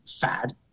fad